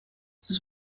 sus